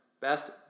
best